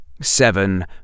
Seven